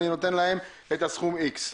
אני נותן להם את הסכום איקס.